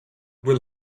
will